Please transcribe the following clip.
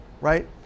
right